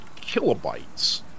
kilobytes